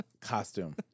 costume